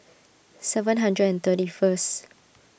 seven hundred and thirty first